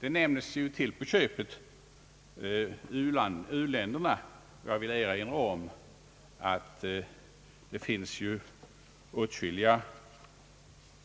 Där nämns ju till på köpet u-länderna, och jag vill erinra om att det finns åtskilliga